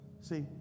See